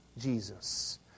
Jesus